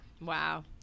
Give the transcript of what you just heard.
wow